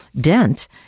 dent